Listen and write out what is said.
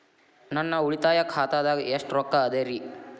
ನನ್ನ ಉಳಿತಾಯ ಖಾತಾದಾಗ ಎಷ್ಟ ರೊಕ್ಕ ಅದ ರೇ?